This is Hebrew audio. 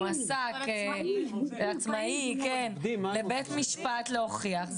מועסק עצמאי לבית משפט להוכיח,